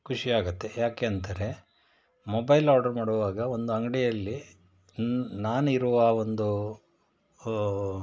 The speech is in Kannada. ಖುಷಿಯಾಗತ್ತೆ ಯಾಕೆಂದರೆ ಮೊಬೈಲ್ ಆರ್ಡರ್ ಮಾಡುವಾಗ ಒಂದು ಅಂಗಡಿಯಲ್ಲಿ ನಾನು ಇರುವ ಒಂದು